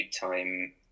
time